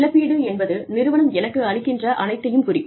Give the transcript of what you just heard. இழப்பீடு என்பது நிறுவனம் எனக்கு அளிக்கின்ற அனைத்தையும் குறிக்கும்